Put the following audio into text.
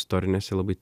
istorinėse labai